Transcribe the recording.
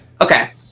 Okay